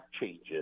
changes